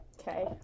Okay